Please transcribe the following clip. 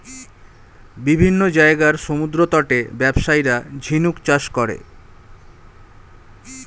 বিভিন্ন জায়গার সমুদ্রতটে ব্যবসায়ীরা ঝিনুক চাষ করে